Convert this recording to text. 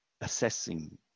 assessing